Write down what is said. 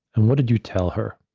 and what did you tell her?